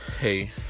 hey